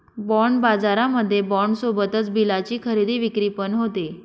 bond बाजारामध्ये bond सोबतच बिलाची खरेदी विक्री पण होते